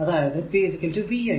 അതായതു p v i